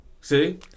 See